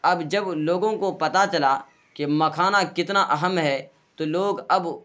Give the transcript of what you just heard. اب جب لوگوں کو پتہ چلا کہ مکھانہ کتنا اہم ہے تو لوگ اب